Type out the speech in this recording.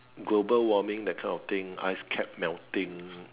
global warming that kind of thing ice cap melting